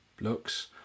looks